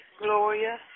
Gloria